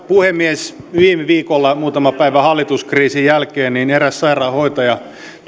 puhemies viime viikolla muutama päivä hallituskriisin jälkeen eräs sairaanhoitaja